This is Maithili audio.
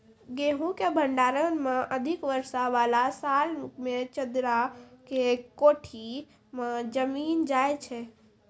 गेहूँ के भंडारण मे अधिक वर्षा वाला साल मे चदरा के कोठी मे जमीन जाय छैय?